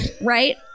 Right